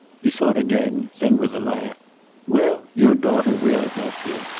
he thought again then with a laugh well, your daughter will help you.